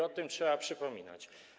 O tym trzeba przypominać.